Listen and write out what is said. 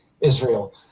Israel